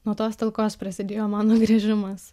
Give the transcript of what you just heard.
nuo tos talkos prasidėjo mano grįžimas